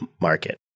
market